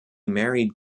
married